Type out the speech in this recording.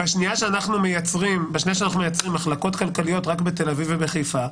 בשנייה שאנחנו מייצרים מחלקות כלכליות רק בתל אביב ובחיפה,